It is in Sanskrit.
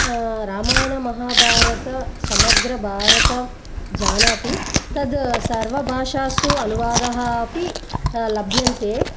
रामायणमहाभारतौ समग्रं भारतं जानाति तत् सर्वभाषासु अनुवादः अपि लभ्यन्ते